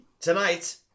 Tonight